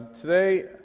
today